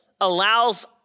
allows